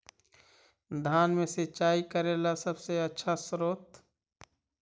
धान मे सिंचाई करे ला सबसे आछा स्त्रोत्र?